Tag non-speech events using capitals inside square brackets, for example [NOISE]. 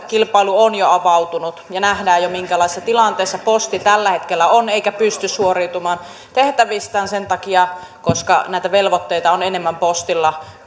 kilpailu on avautunut ja nähdään jo minkälaisessa tilanteessa posti tällä hetkellä on eikä se pysty suoriutumaan tehtävistään sen takia että näitä velvoitteita on enemmän postilla [UNINTELLIGIBLE]